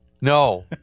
No